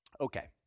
Okay